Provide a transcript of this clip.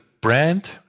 brand